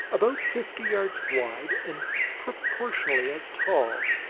about fifty yards wide and proportionately as tall.